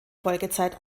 folgezeit